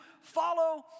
follow